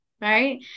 right